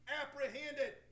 apprehended